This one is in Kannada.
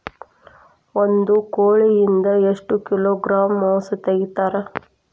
ಒಂದು ಕೋಳಿಯಿಂದ ಎಷ್ಟು ಕಿಲೋಗ್ರಾಂ ಮಾಂಸ ತೆಗಿತಾರ?